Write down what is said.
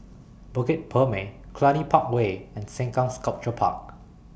Bukit Purmei Cluny Park Way and Sengkang Sculpture Park